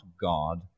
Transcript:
God